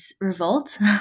revolt